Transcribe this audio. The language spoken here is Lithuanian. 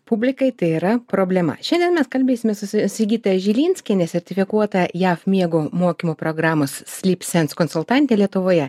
publikai tai yra problema šiandien mes kalbėsimės su sigita žilinskiene sertifikuota jav miego mokymo programos sleep sense konsultante lietuvoje